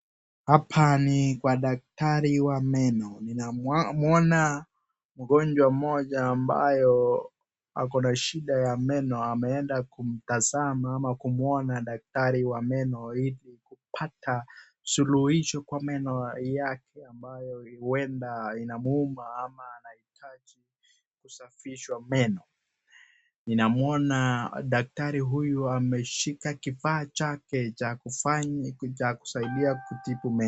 Hapa ni kwa daktari wa meno, ninamwona mgonjwa mmoja ambaye ana shida ya meno hapo ameenda kumtazama ama kumwona daktari wa meno ili kupata suluhisho kwa meno yake ambayo huenda inamuuma ama anahitaji kusafishwa meno. Ninamwona daktari huyu ameshika kifaa chake cha kufanya kusaidia kutibu meno.